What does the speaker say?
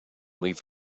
leave